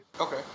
Okay